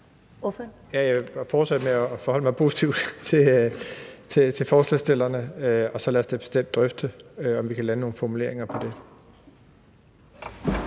Jeg vil fortsætte med at forholde mig positivt til forslagsstillerne, og så lad os da bestemt drøfte, om vi kan lande nogle formuleringer på det.